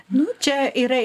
nu čia yra